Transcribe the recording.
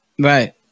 Right